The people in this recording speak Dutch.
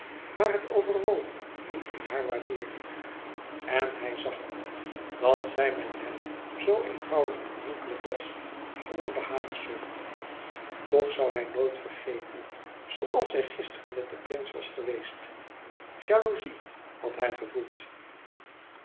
maar het overwoog niet in hare waardeering en hij zag het dat zij met hem zoo eenvoudig aanhankelijk was zonder behaagzucht toch zoû hij nooit vergeten zooals zij gisteren met den prins was geweest jalouzie had hij gevoeld